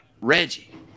Reggie